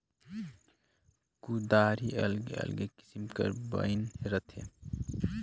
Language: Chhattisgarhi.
कुदारी अलगे अलगे किसिम कर बइन रहथे